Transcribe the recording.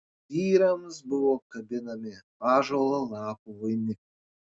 vyrams buvo kabinami ąžuolo lapų vainikai